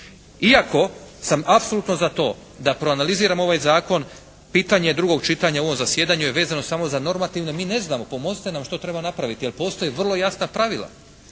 iako sam apsolutno za to da proanaliziramo ovaj zakon, pitanje drugog čitanja u ovom zasjedanju je vezano samo za normativne, mi neznamo, pomozite nam što treba napraviti jer postoje vrlo jasna pravila.